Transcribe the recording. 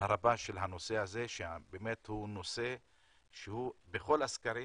הרבה של הנושא הזה שבאמת הוא הנושא שבכל הסקרים,